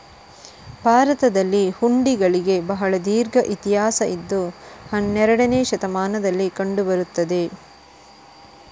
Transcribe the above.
ಭಾರತದಲ್ಲಿ ಹುಂಡಿಗಳಿಗೆ ಬಹಳ ದೀರ್ಘ ಇತಿಹಾಸ ಇದ್ದು ಹನ್ನೆರಡನೇ ಶತಮಾನದಲ್ಲಿ ಕಂಡು ಬರುತ್ತದೆ